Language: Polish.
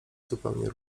zupełnie